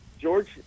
George